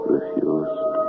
Refused